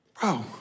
bro